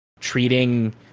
treating